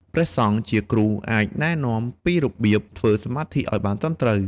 ព្រះសង្ឃជាគ្រូអាចណែនាំពីរបៀបធ្វើសមាធិឱ្យបានត្រឹមត្រូវ។